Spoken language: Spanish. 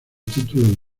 título